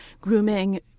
Grooming